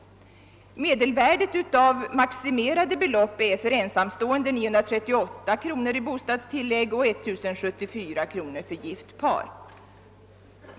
Medelvärdet av maximerade belopp är för ensamstående 938 kronor i bostadstillägg och för gift par 1074 kronor i bostadstillägg.